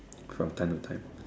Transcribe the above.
from time to time